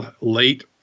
late